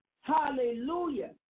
hallelujah